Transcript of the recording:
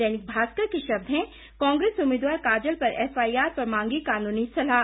दैनिक भास्कर के शब्द हैं कांग्रेस उम्मीदवार काजल पर एफआईआर पर मांगी कानूनी सलाह